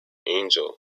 angel